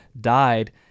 died